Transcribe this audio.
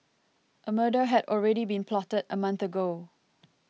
a murder had already been plotted a month ago